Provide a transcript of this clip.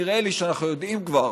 נראה לי שאנחנו יודעים כבר